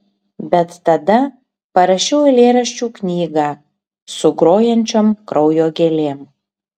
bet tada parašiau eilėraščių knygą su grojančiom kraujo gėlėm